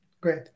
Great